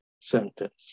sentence